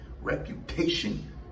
reputation